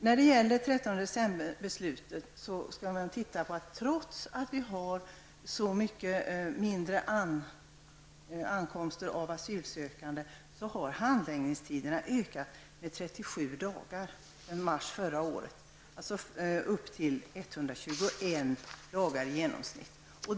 När det gäller beslutet från den 13 december vill jag säga följande. Trots att det nu kommer mycket färre asylsökande till Sverige har handläggningstiderna ökat med 37 dagar sedan mars förra året, dvs. upp till 121 dagar i genomsnitt.